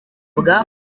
bwa